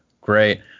Great